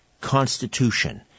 constitution